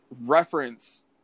reference